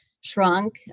shrunk